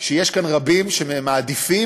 שיש כאן רבים שמעדיפים,